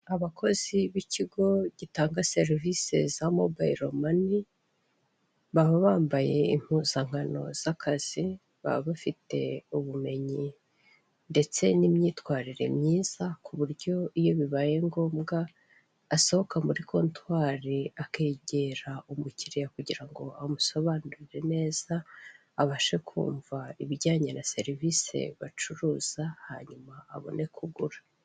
Abakozi b'ikigo gitanga serivisi za mobiyiro mani baba bambaye impuzankano z'akazi, baba bafite ubumenyi ndetse n'imyitwarire myiza, ku buryo iyo bibaye ngombwa asohoka muri kontwari akegera umukiriya kugira ngo amusobanurire neza abashe kumva ibijyanye na serivisi bacuruza hanyuma abone ku ugura.